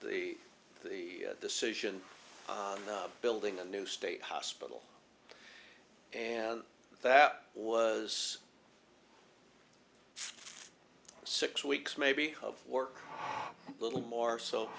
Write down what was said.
the the decision building a new state hospital and that was six weeks maybe of work a little more so